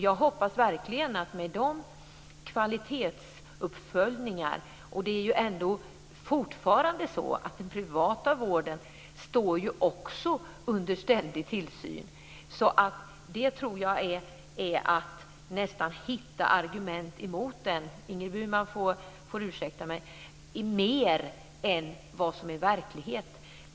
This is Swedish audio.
Det görs ju kvalitetsuppföljningar och också den privata vården står ju under ständig tillsyn. Ingrid Burman får ursäkta, men detta är mer som att försöka hitta argument mot den privata vården än att se till verkligheten.